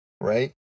right